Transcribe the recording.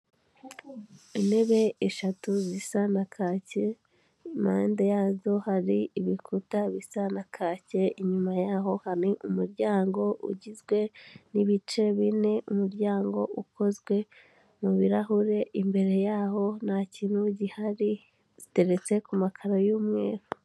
Intebe eshatu zisa na kake impande yazo hari ibikuta bisa na kake, inyuma yaho hari umuryango ugizwe n'ibice bine umuryango ukozwe mu birahure, imbere yaho nta kintu gihari, ziteretse ku makaro y'umweru.